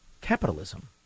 capitalism